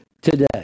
today